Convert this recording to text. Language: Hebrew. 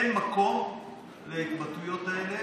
אין מקום להתבטאויות האלה,